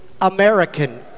American